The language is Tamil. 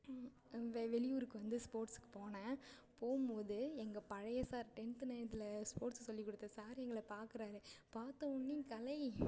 வெளியூருக்கு வந்து ஸ்போர்ட்ஸுக்கு போனேன் போகும்போது எங்கள் பழைய சார் டென்த்தில் நைன்த்தில் ஸ்போர்ட்ஸ் சொல்லிக்கொடுத்த சார் எங்களை பார்க்கறாரு பார்த்தவொடனே கலை